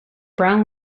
brown